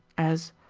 as,